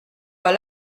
pas